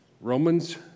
Romans